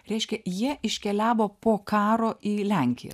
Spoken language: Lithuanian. reiškia jie iškeliavo po karo į lenkiją